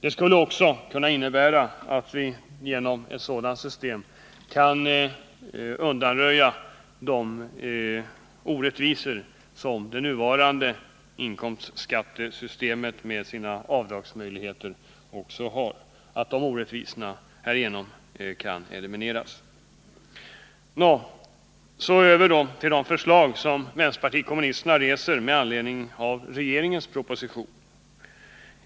Ett sådant system skulle också undanröjade Nr 58 orättvisor som det nuvarande skattesystemet med sina avdragsmöjligheter Så över till de förslag som vänsterpartiet kommunisterna väcker med anledning av regeringens proposition.